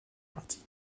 partie